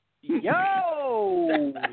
Yo